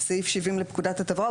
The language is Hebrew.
סעיף 70 לפקודת התעבורה,